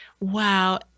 Wow